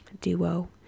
duo